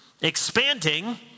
expanding